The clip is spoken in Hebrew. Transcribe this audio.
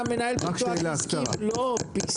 עד 4% מכלל הציבור עושה שימוש באפליקציות,